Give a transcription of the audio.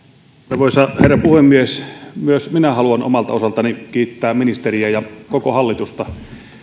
arvoisa herra puhemies myös minä haluan omalta osaltani kiittää ministeriä ja koko hallitusta